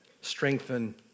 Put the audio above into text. strengthen